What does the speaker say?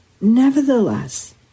Nevertheless